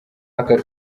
aka